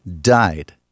died